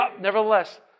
Nevertheless